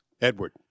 Edward